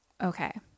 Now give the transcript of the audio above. okay